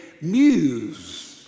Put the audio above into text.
muse